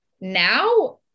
Now